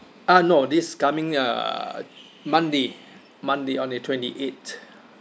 uh no this coming uh monday monday on the twenty eight